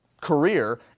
career